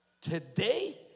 Today